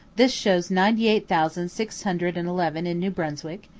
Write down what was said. this shows ninety eight thousand six hundred and eleven in new brunswick,